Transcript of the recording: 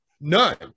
none